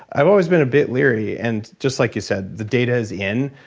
i've always been a bit leery and, just like you said, the data is in.